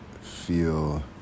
feel